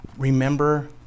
Remember